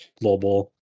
global